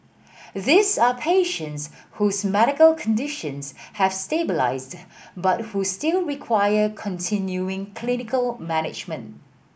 these are patients whose medical conditions have stabilised but who still require continuing clinical management